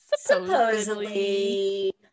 Supposedly